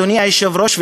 אדוני היושב-ראש,